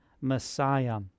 Messiah